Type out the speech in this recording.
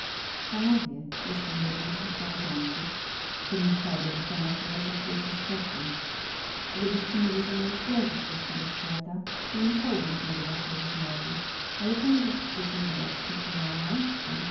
panowie jestem jednym z tych małżonków którym hrabia penna flor zakłóca szczęście domowe gdybyście byli mieli zamiar zgładzenia go z tego świata nie byłbym mięszał się do waszej rozmowy ale ponieważ chcecie mu dać tylko małą naukę